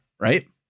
right